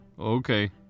Okay